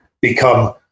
become